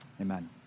Amen